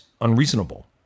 unreasonable